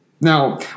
Now